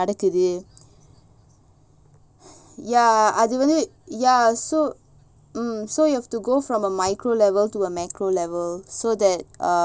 ya அதுஒரு:adhu madhiri yeah so um so you have to go from a micro level to a macro level so that um